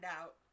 out